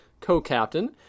co-captain